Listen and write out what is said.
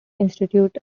institute